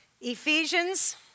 Ephesians